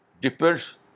depends